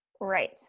Right